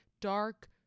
dark